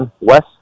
West